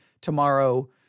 tomorrow